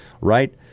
Right